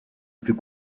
plus